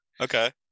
okay